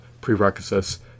prerequisites